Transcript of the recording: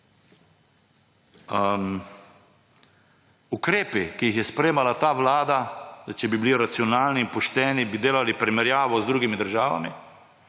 Ukrepi, ki jih je sprejemala ta vlada, če bi bili racionalni, pošteni, bi delali primerjavo z drugimi državami,